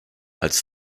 als